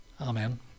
Amen